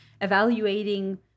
evaluating